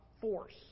force